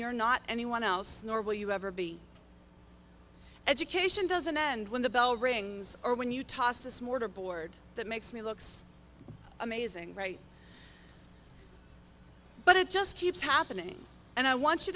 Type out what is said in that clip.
you're not anyone else nor will you ever be education doesn't end when the bell rings or when you toss this mortar board that makes me looks amazing right but it just keeps happening and i want you